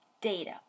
data